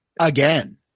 again